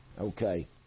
Okay